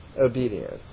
obedience